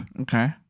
Okay